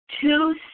two